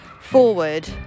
forward